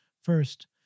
First